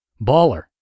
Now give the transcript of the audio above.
Baller